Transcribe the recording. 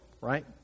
right